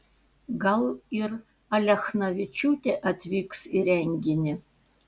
gal ir alechnavičiūtė atvyks į renginį